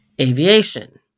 Aviation